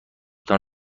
تان